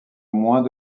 moins